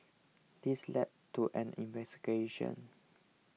this led to an investigation